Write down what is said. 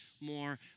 more